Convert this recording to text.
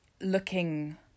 looking